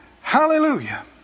Hallelujah